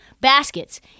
baskets